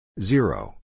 Zero